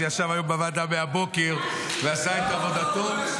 הוא ישב היום בוועדה מהבוקר, ועשה את העבודה שלו.